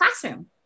classroom